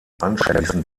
anschließend